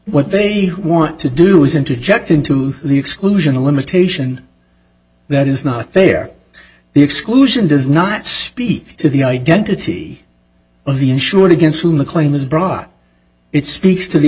what they want to do is interject into the exclusion the limitation that is not fair the exclusion does not speak to the identity of the insured against whom the claim is brought it speaks to the